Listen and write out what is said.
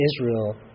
Israel